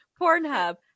Pornhub